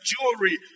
jewelry